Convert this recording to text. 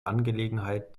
angelegenheit